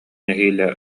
нэһиилэ